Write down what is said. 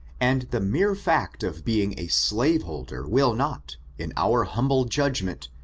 and the mere fact of being a slaveholder will not, in our humble judgment,